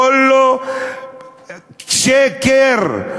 כולו שקר,